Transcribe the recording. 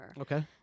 Okay